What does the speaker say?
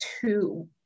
two